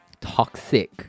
toxic